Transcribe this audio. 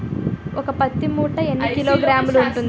ఒక పత్తి మూట ఎన్ని కిలోగ్రాములు ఉంటుంది?